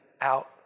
out